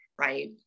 right